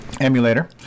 emulator